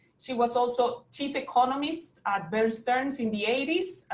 she was also chief economist at bear stearns in the eighty s,